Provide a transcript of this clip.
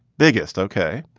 biggest. ok,